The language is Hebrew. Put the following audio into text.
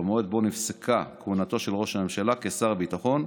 במועד שבו נפסקה כהונתו של ראש הממשלה כשר הביטחון,